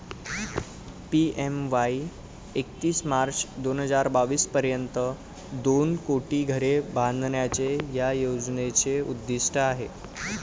PMAY एकतीस March हजार बावीस पर्यंत दोन कोटी घरे बांधण्याचे या योजनेचे उद्दिष्ट आहे